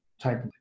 type